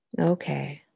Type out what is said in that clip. okay